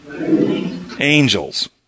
Angels